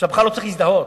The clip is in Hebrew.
שבכלל לא צריך להזדהות.